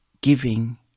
giving